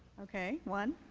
okay, one.